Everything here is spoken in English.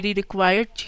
required